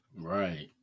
Right